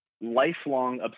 lifelong